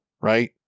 right